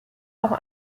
auch